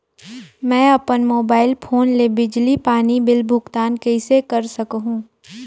मैं अपन mobile phone ले बिजली पानी बिल भुगतान कइसे कर सकहुं?